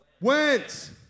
went